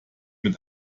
mit